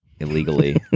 illegally